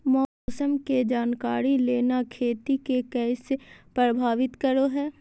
मौसम के जानकारी लेना खेती के कैसे प्रभावित करो है?